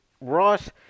Ross